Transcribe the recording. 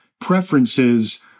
preferences